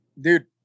dude